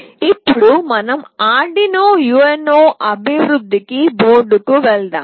ఇప్పుడు మనం Arduino UNO అభివృద్ధి బోర్డుకి వెళ్దాం